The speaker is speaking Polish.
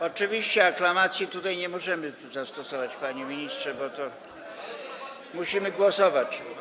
Oczywiście aklamacji tutaj nie możemy zastosować, panie ministrze, bo musimy głosować.